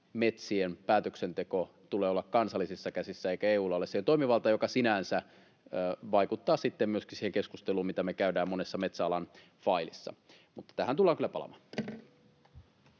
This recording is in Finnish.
metsien päätöksenteon tulee olla kansallisissa käsissä eikä EU:lla olisi siihen toimivaltaa. Tämä sinänsä vaikuttaa sitten myöskin siihen keskusteluun, mitä me käydään monessa metsäalan filessa. Mutta tähän tullaan kyllä palaamaan.